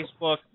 Facebook